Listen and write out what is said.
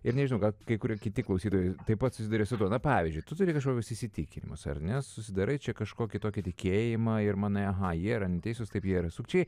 ir nežinau gal kai kurie kiti klausytojai taip pat susiduria su tuo na pavyzdžiui tu turi kažkokius įsitikinimus ar ne susidarai čia kažkokį tokį tikėjimą ir manai aha jie yra neteisūs taip jie yra sukčiai